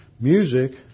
Music